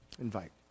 Invite